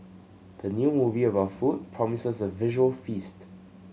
the new movie about food promises a visual feast